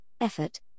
effort